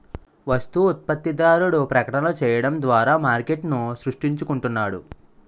వస్తు ఉత్పత్తిదారుడు ప్రకటనలు చేయడం ద్వారా మార్కెట్ను సృష్టించుకుంటున్నాడు